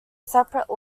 separate